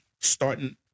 starting